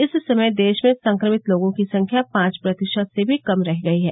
इस समय देश में संक्रमित लोगों की संख्या पांच प्रतिशत से भी कम रह गई है